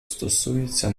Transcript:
стосується